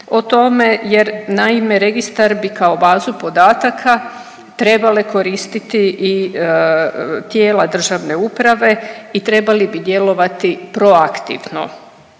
o tome jer naime registar bi kao bazu podataka trebale koristiti i tijela državne uprave i trebali bi djelovati proaktivno.